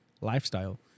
lifestyle